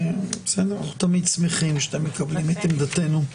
אנחנו תמיד שמחים שאתם מקבלים את עמדתנו.